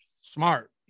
smart